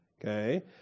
okay